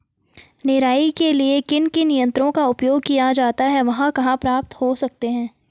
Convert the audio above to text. निराई के लिए किन किन यंत्रों का उपयोग किया जाता है वह कहाँ प्राप्त हो सकते हैं?